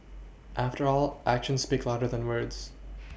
after all actions speak louder than words